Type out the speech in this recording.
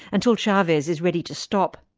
until chavez is ready to stop.